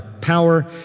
power